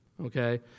Okay